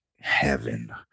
Heaven